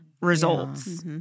results